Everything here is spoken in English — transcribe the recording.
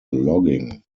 logging